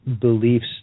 beliefs